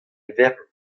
vern